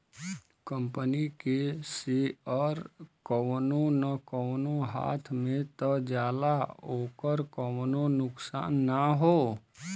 company के share कउनो न कउनो हाथ मे त जाला ओकर कउनो नुकसान ना हौ